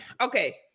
okay